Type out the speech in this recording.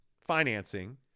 financing